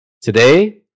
Today